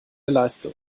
leistung